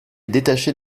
détachée